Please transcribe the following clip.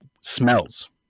smells